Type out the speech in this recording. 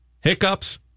hiccups